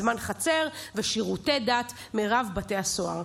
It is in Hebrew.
לזמן חצר ולשירותי דת מרב בתי הסוהר.